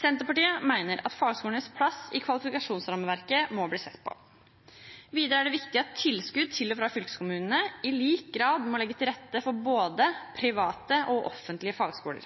Senterpartiet mener at fagskolenes plass i kvalifikasjonsrammeverket må ses på. Videre er det viktig at tilskudd til og fra fylkeskommunene i lik grad må legge til rette for både private og offentlige fagskoler.